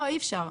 לא, 'אי אפשר'.